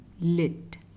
Lit